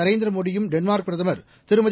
நரேந்திர மோடியும் டென்மார்க் பிரதமர் திருமதி